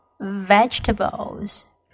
vegetables